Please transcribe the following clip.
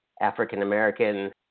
African-American